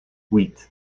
huit